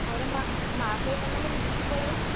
ଘରେ ମା ମା ସହିତ ନହେଲେ ମିଶିକି ପଳେଇବା